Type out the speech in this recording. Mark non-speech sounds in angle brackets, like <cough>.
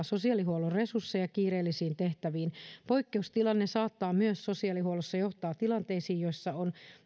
<unintelligible> sosiaalihuollon resursseja kiireellisiin tehtäviin poikkeustilanne saattaa myös sosiaalihuollossa johtaa tilanteisiin joissa on